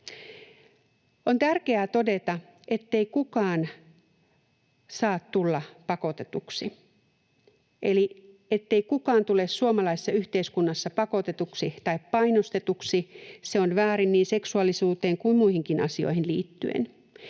On tärkeää todeta, ettei kukaan saa tulla pakotetuksi eli ettei kukaan tule suomalaisessa yhteiskunnassa pakotetuksi tai painostetuksi. Se on väärin niin seksuaalisuuteen kuin muihinkin asioihin liittyen.